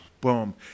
Boom